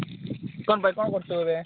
ତୁମେ ଭାଇ କ'ଣ କରୁଛ ଏବେ